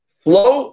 flow